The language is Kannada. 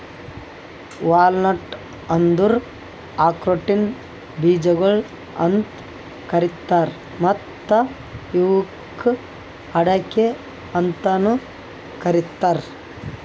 ವಾಲ್ನಟ್ ಅಂದುರ್ ಆಕ್ರೋಟಿನ ಬೀಜಗೊಳ್ ಅಂತ್ ಕರೀತಾರ್ ಮತ್ತ ಇವುಕ್ ಅಡಿಕೆ ಅಂತನು ಕರಿತಾರ್